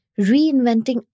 Reinventing